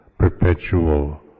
Perpetual